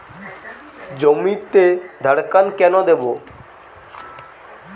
জমিতে ধড়কন কেন দেবো?